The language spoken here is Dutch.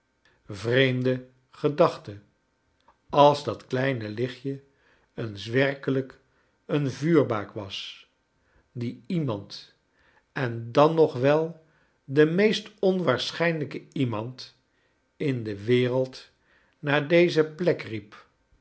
vreemde gedachtel als dat kleine lichtje eens werkelijk een vuurbaak was die iemand en dan nog wel den meest onwaarschijnirjken ismand in de wereld naar deze plek riep